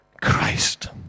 Christ